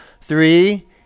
Three